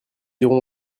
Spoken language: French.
irons